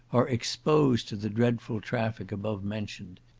are exposed to the dreadful traffic above mentioned.